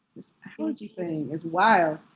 this allergy thing is wild.